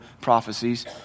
prophecies